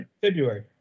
February